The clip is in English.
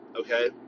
okay